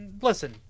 listen